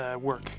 work